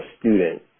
student